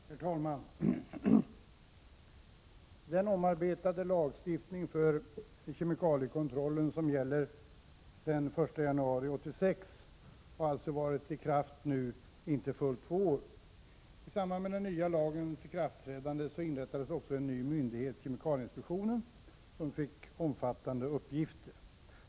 Herr talman! Den omarbetade lagstiftning för kemikaliekontrollen som gäller sedan den 1 januari 1986 har alltså nu varit i kraft inte fullt två år. I samband med den nya lagens ikraftträdande inrättades också en ny myndighet, kemikalieinspektionen, som fick omfattande uppgifter.